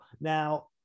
Now